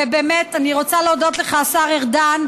ובאמת, אני רוצה להודות לך, השר ארדן,